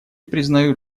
признают